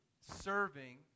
serving